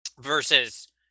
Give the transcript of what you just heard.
versus